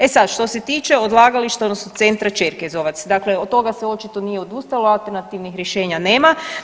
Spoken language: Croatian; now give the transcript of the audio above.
E sad, što se tiče odlagališta odnosno centra Čerkezovac, dakle od toga se očito nije odustalo, alternativnih rješenja nema.